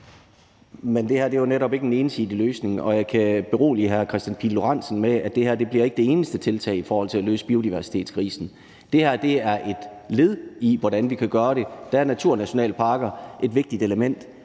Men det her er jo netop ikke en ensidig løsning, og jeg kan berolige hr. Kristian Pihl Lorentzen med, at det her ikke bliver det eneste tiltag i forhold til at løse biodiversitetskrisen. Det her er et led i, hvordan vi kan gøre det; der er naturnationalparker et vigtigt element.